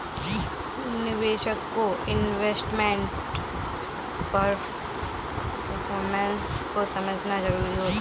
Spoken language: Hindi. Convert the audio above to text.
निवेशक को इन्वेस्टमेंट परफॉरमेंस को समझना जरुरी होता है